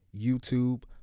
YouTube